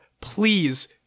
Please